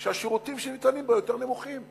כי השירותים שניתנים שם יותר נמוכים.